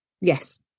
Yes